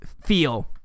feel